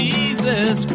Jesus